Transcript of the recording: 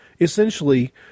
Essentially